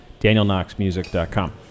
DanielKnoxMusic.com